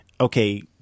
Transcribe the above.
okay